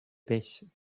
pes